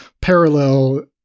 parallel